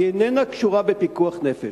שאיננה קשורה בפיקוח נפש.